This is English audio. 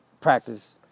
practice